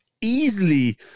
easily